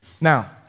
Now